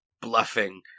bluffing